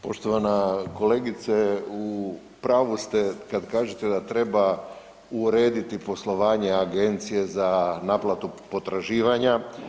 Poštovana kolegice, u pravu ste kad kažete da treba urediti poslovanje Agencije za naplatu potraživanja.